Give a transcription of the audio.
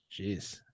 Jeez